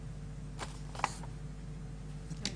אני אגיד,